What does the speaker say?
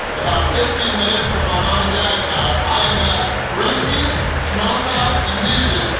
about fifteen minutes from my mom and dad's house. i am at brewskeez smokehouse and music.